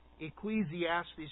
Ecclesiastes